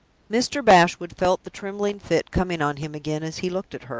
mr. bashwood felt the trembling fit coming on him again as he looked at her.